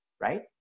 right